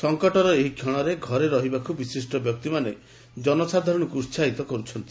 ସଙ୍କଟର ଏହି କ୍ଷଣରେ ଘରେ ରହିବାକୁ ବିଶିଷ୍ଟ ବ୍ୟକ୍ତିମାନେ ଜନସାଧାରଣଙ୍କୁ ଉସାହିତ କର୍ତ୍ଥନ୍ତି